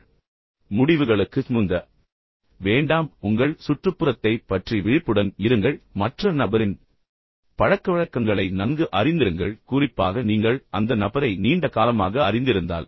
எனவே முடிவுகளுக்குச் முந்த வேண்டாம் உங்கள் சுற்றுப்புறத்தைப் பற்றி விழிப்புடன் இருங்கள் மற்ற நபரின் பழக்கவழக்கங்களை நன்கு அறிந்திருங்கள் குறிப்பாக நீங்கள் அந்த நபரை நீண்ட காலமாக அறிந்திருந்தால்